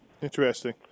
Interesting